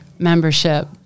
membership